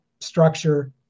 structure